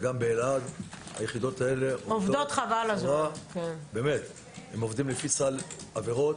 וגם באלעד היחידות האלה עובדות לפי סל עבירות